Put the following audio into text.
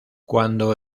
cuando